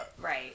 Right